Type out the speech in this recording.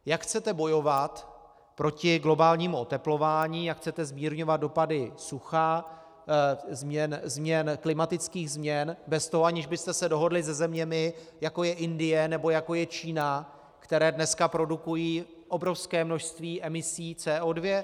Jak chcete bojovat proti globálnímu oteplování a chcete zmírňovat dopady sucha, klimatických změn, aniž byste se dohodli se zeměmi, jako je Indie nebo jako je Čína, které dneska produkují obrovské množství emisí CO2?